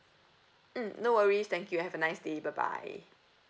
mm no worries thank you have a nice day bye bye